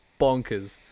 bonkers